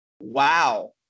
wow